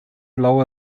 lower